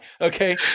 Okay